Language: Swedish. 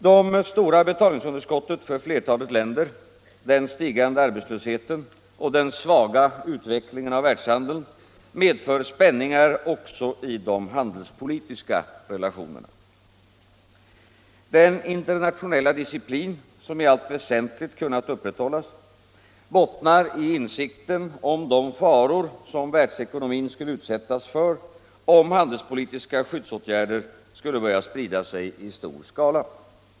De stora betalningsunderskotten för flertalet länder, den stigande arbetslösheten och den svaga utvecklingen av världshandeln medför spänningar också i de handelspolitiska relationerna. Den internationella disciplin, som i allt väsentligt kunnat upprätthållas, bottnar i insikten om de faror som världsekonomin skulle utsättas för om handelspolitiska skyddsåtgärder skulle börja sprida sig i stor skala.